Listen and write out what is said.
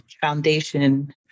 foundation